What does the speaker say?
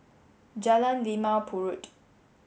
Jalan Limau Purut